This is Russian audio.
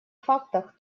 фактах